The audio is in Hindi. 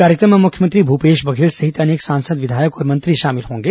कार्यक्रम में मुख्यमंत्री भूपेश बघेल सहित अनेक सांसद विधायक और मंत्री शामिल होंगे